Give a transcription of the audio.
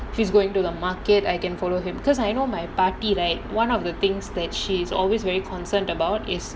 he's going to the market I can follow him because I know my பாட்டி:paati right one of the things that she is always very concerned about is